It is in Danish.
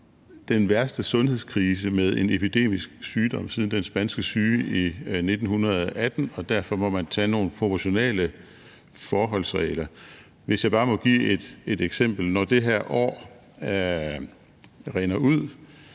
den værste sundhedskrise med en epidemisk sygdom siden den spanske syge i 1918, og derfor må man tage nogle proportionale forholdsregler. Hvis jeg bare må give et eksempel: Når det her år rinder ud,